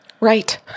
Right